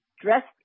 dressed